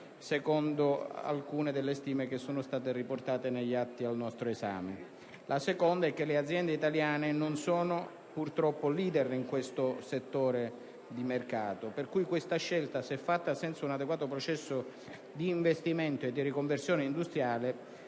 secondo alcune stime che sono state riportare negli atti al nostro esame. La seconda è che le aziende italiane non sono purtroppo *leader* in questo settore di mercato, per cui questa scelta, se fatta senza un adeguato processo di investimento e di riconversione industriale,